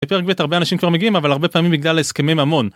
הרבה אנשים כבר מגיעים אבל הרבה פעמים בגלל הסכמי ממון.